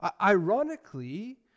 Ironically